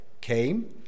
came